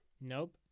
nope